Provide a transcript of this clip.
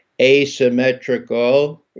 asymmetrical